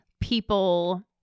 people